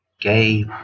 gay